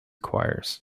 choirs